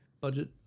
budget